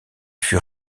fut